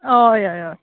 हय हय हय